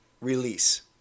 Release